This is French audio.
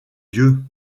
vieux